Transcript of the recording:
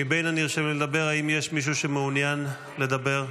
מבין הנרשמים לדבר, האם יש מישהו שמעוניין לדבר?